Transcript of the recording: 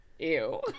Ew